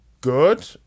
good